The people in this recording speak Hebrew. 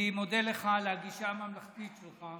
אני מודה לך על הגישה הממלכתית שלך,